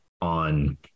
on